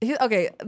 Okay